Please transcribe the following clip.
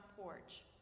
porch